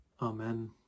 Amen